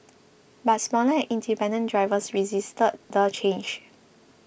but smaller and independent drivers resisted the change